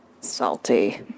Salty